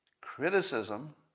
Criticism